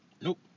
Nope